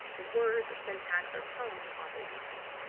the words or syntax or tone an author uses.